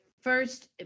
first